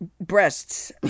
breasts